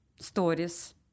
stories